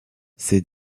ces